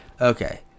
okay